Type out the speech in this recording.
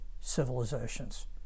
civilizations